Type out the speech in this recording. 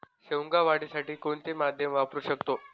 शेवगा वाढीसाठी कोणते माध्यम वापरु शकतो?